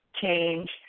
change